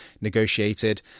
negotiated